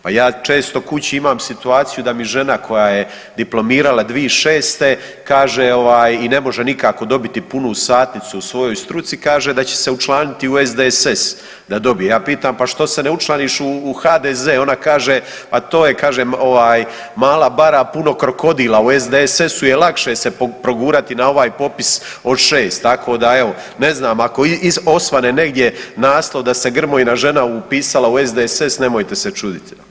Pa ja često kući imam situaciju da mi žena koja je diplomirala 2006. kaže i ne može nikako dobiti punu stanicu u svojoj struci, kaže da će se učlaniti u SDSS, da dobije, ja je pitam pa što se ne učlaniš u HDZ, ona kaže ma to je kaže mala bara puna krokodila, u SDSS-u je lakše se progurati na ovaj popis od 6. Tako da evo, ne znam, ako osvane negdje naslov da se Grmojina žena upisala u SDSS, nemojte se čuditi.